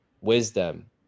wisdom